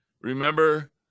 Remember